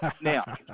Now